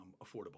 affordable